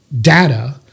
data